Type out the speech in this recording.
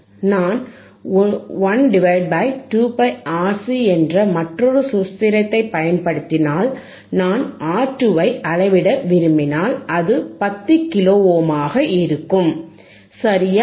நான் 1 2πRC என்ற மற்றொரு சூத்திரத்தைப் பயன்படுத்தினால் நான் R2 ஐ அளவிட விரும்பினால் அது 10 கிலோஓம்வாக இருக்கும் சரியா